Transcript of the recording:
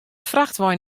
frachtwein